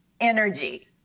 energy